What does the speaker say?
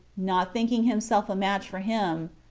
not thinking himself a match for him,